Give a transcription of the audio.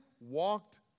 walked